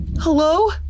Hello